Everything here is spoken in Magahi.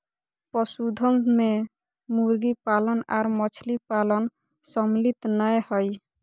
पशुधन मे मुर्गी पालन आर मछली पालन सम्मिलित नै हई